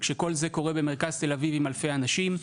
כשכל זה קורה במרכז תל אביב עם אלפי אנשים,